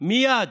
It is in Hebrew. מייד